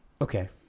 okay